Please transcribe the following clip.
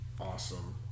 awesome